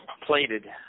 plated